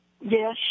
yes